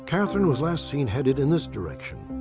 katherine was last seen headed in this direction.